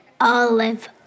Olive